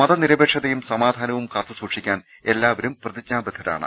മതനിരപേക്ഷതയും സമാധാനവും കാത്തുസൂക്ഷിക്കാൻ എല്ലാവരും പ്രതിജ്ഞാബദ്ധരാണ്